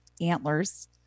Antlers